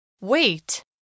Wait